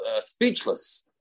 speechless